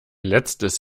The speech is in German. letztes